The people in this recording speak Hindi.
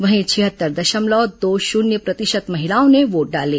वहीं छिहत्तर दशमलव दो शून्य प्रतिशत महिलाओं ने वोट डाले